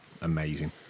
amazing